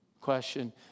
Question